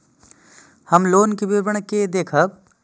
हम लोन के विवरण के देखब?